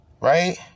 right